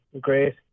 great